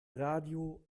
radio